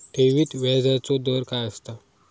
ठेवीत व्याजचो दर काय असता?